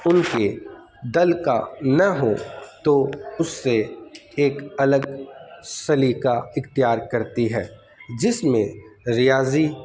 ان کے دل کا نہ ہوں تو اس سے ایک الگ سلیقہ اختیار کرتی ہے جس میں ریاضی